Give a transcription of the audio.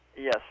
Yes